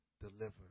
delivered